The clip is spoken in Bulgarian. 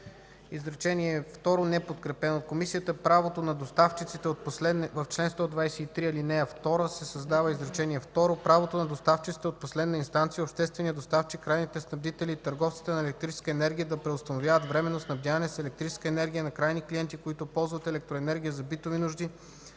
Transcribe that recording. Изречение второ, неподкрепено от Комисията: „В чл. 123, ал. 2 се създава изречение второ: „Правото на доставчиците от последна инстанция, общественият доставчик, крайните снабдители и търговците на електрическа енергия да преустановявят временното снабдяване с електрическа енергия на крайните клиенти, които ползват електроенергия за битови нужди,